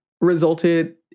resulted